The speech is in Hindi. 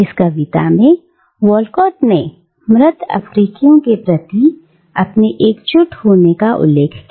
इस कविता में वॉलकॉट ने मृत अफ्रीकियों के प्रति अपनी एकजुटता का उल्लेख किया